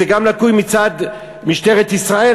זה גם ליקוי מצד משטרת ישראל,